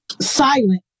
silent